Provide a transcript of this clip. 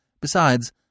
Besides